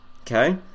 Okay